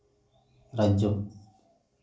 ᱨᱟᱡᱽᱡᱚ